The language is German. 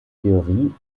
theorie